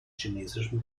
chinesischen